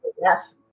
Yes